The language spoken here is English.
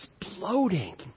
exploding